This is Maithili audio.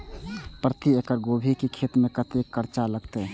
प्रति एकड़ गोभी के खेत में कतेक खर्चा लगते?